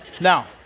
Now